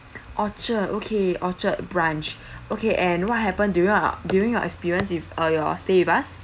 orchard okay orchard branch okay and what happened during your during your experience with uh your stay with us